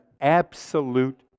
absolute